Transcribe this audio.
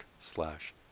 slash